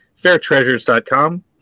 FairTreasures.com